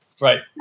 Right